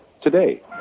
today